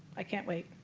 i can't wait.